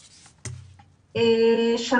בבקשה.